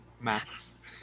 Max